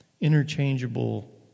interchangeable